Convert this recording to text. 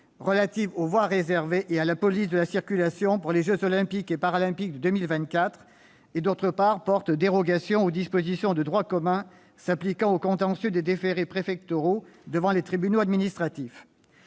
relative aux voies réservées et à la police de la circulation pour les jeux Olympiques et Paralympiques de 2024. En outre, il porte dérogation aux dispositions de droit commun s'appliquant aux contentieux des déférés préfectoraux devant les tribunaux administratifs.